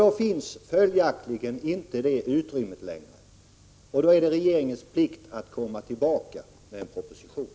Det finns följaktligen inte längre något utrymme för en sänkning, och då är det regeringens plikt att komma tillbaka med en proposition.